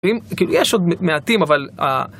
יש עוד מעטים אבל...